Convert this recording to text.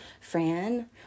Fran